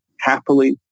happily